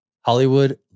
Hollywood